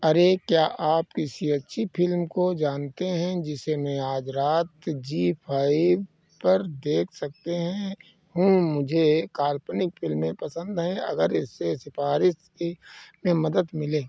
अरे क्या आप किसी अच्छी फ़िल्म को जानते हैं जिसे मैं आज रात जी फाइव पर देख सकते है हूँ मुझे काल्पनिक फ़िल्में पसंद हैं अगर इससे सिफ़ारिश की में मदद मिले